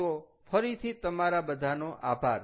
તો ફરીથી તમારા બધાનો આભાર